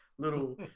Little